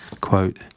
Quote